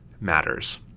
matters